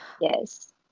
Yes